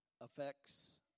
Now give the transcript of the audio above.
affects